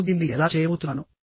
నేను దీన్ని ఎలా చేయబోతున్నాను